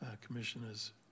Commissioners